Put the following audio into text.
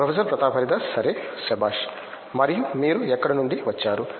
professor Pratap Haridas సరే శభాష్ మరియు మీరు ఎక్కడ నుండి వచ్చారు